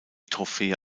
trophäe